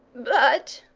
but,